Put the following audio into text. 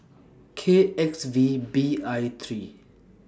K X V B I three